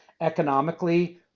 Economically